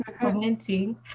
commenting